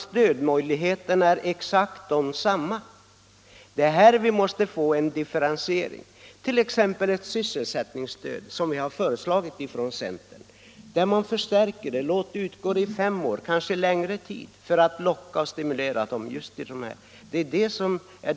Stödmöjligheterna är ju exakt desamma. Vi måste få till stånd en differentiering i detta avseende, t.ex. genom ett sådant förstärkt sysselsättningsstöd som vi har föreslagit från centern. Låt stödet utgå i fem år eller kanske längre tid för att stimulera till etableringar!